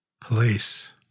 place